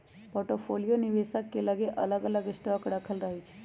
portfolio निवेशक के लगे अलग अलग स्टॉक राखल रहै छइ